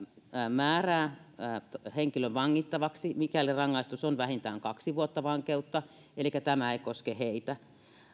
määrää henkilön vangittavaksi mikäli rangaistus on vähintään kaksi vuotta vankeutta elikkä tämä ei koske heitä